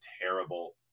terrible